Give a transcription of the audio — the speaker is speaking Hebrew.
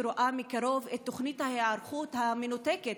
שרואה מקרוב את תוכנית ההיערכות המנותקת